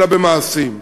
אלא במעשים.